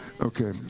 Okay